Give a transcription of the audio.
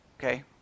okay